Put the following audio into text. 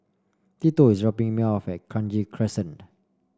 tito is dropping me off at Kranji Crescent